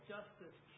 Justice